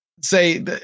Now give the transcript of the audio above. say